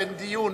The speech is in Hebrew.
באין דיון,